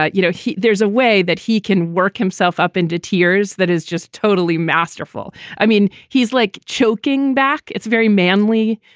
ah you know, there's a way that he can work himself up into tears. that is just totally masterful. i mean, he's like choking back. it's very manly,